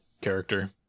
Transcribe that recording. character